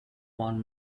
one